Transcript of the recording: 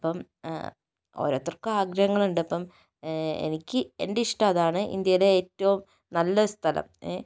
അപ്പം ഓരോരുത്തർക്കും ആഗ്രഹങ്ങൾ ഉണ്ട് ഇപ്പം എനിക്ക് എൻ്റെ ഇഷ്ടം അതാണ് ഇന്ത്യയിലെ ഏറ്റവും നല്ല ഒരു സ്ഥലം